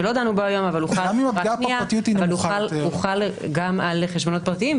שלא דנו בו היום אבל הוא חל גם על חשבונות פרטיים,